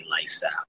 lifestyle